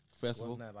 festival